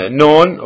known